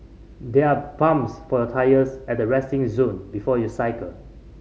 there are pumps for your tyres at the resting zone before you cycle